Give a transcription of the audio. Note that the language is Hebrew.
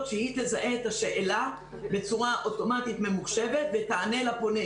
שהיא תזהה את השאלה בצורה אוטומטית ממוחשבת ותענה לפונה,